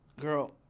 Girl